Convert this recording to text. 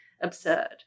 absurd